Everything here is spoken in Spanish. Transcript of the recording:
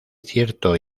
cierto